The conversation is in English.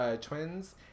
twins